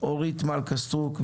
חה"כ אורית מלכה סטרוק,